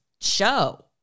show